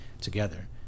together